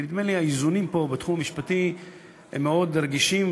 כי נדמה לי שהאיזונים פה בתחום המשפטי הם מאוד רגישים,